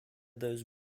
those